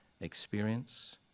experience